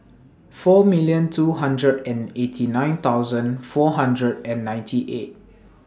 four million two hundred and eighty nine thousand four hundred and ninety eight